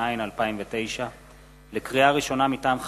התש”ע 2009. לקריאה ראשונה, מטעם הכנסת: